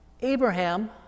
Abraham